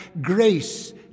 grace